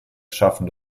geschaffen